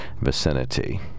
vicinity